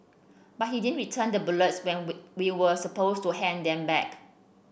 but he didn't return the bullets we we were supposed to hand them back